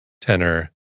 tenor